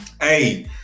Hey